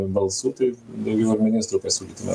balsų tai daugiau ir ministrų pasiūlytume